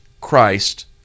Christ